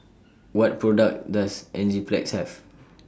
What products Does Enzyplex Have